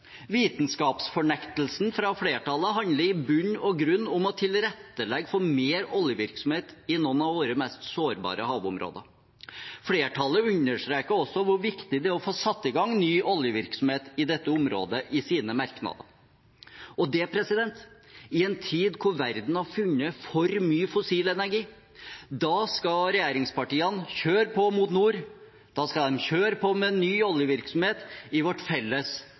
Vitenskapsfornektelsen fra flertallet handler i bunn og grunn om å tilrettelegge for mer oljevirksomhet i noen av våre mest sårbare havområder. Flertallet understreker også i sine merknader hvor viktig det er å få satt i gang ny oljevirksomhet i dette området – og det i en tid da verden har funnet for mye fossil energi. Da skal regjeringspartiene kjøre på mot nord, da skal de kjøre på med ny oljevirksomhet i vårt felles